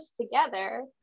together